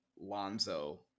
Lonzo